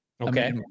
Okay